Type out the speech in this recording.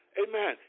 amen